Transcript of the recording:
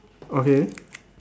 okay